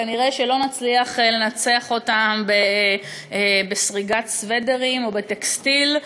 כנראה לא נצליח לנצח אותם בסריגת סוודרים ובטקסטיל.